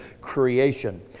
creation